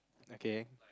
okay